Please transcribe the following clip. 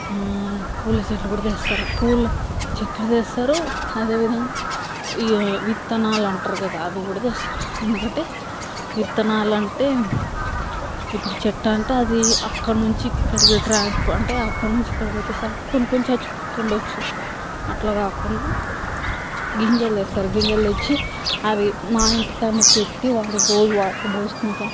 పూల చెట్లు కూడా తెస్తారు పూల చెట్లు తెస్తారు అదేవిధంగా ఈ విత్తనాలు అంటారు కదా అవి కూడా తెస్తారు ఎందుకంటే విత్తనాలు అంటే ఇప్పుడు చెట్టంటే అది అక్కడి నుంచి ఇక్కడికి ట్రాన్స్ఫర్ అంటే అక్కడి నుంచి ఇక్కడికి వచ్చేసరికి కొన్ని కొన్ని చచ్చిపోతూ ఉండవచ్చు అట్లా కాకుండా గింజలు తెస్తారు గింజలు తెచ్చి అవి మా ఇంటి కాడనే పెట్టి వాటికి రోజూ వాటర్ పోసుకుంటూ